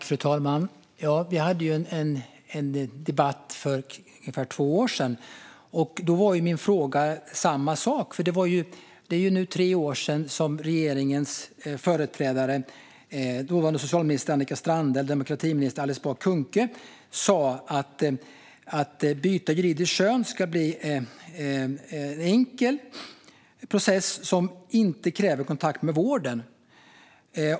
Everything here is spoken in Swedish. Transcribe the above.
Fru talman! Vi hade en debatt för ungefär två år sedan. Jag ställde samma fråga. Det är nu tre år sedan som regeringens företrädare, dåvarande socialminister Annika Strandhäll och demokratiminister Alice Bah Kuhnke, sa att byte av juridiskt kön ska bli en enkel process som inte kräver kontakt med vården.